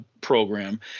Program